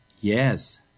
yes